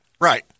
Right